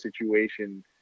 situation